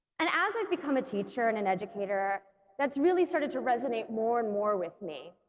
and as i've become a teacher and an educator that's really started to resonate more and more with me